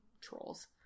trolls